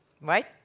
Right